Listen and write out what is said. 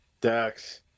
Dax